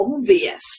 obvious